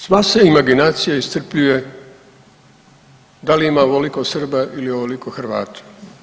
Sva se imaginacija iscrpljuje da li ima ovoliko Srba ili ovoliko Hrvata.